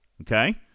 Okay